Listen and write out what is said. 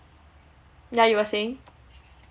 yeah you were saying